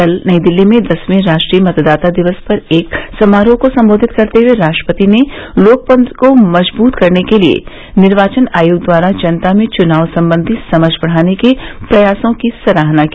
कल नई दिल्ली में दसवें राष्ट्रीय मतदाता दिवस पर एक समारोह को संबोधित करते हुए राष्ट्रपति ने लोकतंत्र को मजबूत करने के लिए निर्वाचन आयोग द्वारा जनता में चुनाव संबंधी समझ बढ़ाने के प्रयासों की सराहना की